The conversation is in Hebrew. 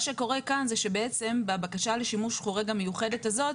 מה שקורה כאן זה שבעצם בבקשה לשימוש חורג המיוחדת הזאת,